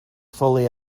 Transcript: fully